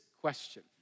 question